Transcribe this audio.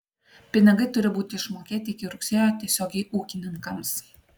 pinigai turi būti išmokėti iki rugsėjo tiesiogiai ūkininkams